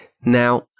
Now